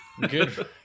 good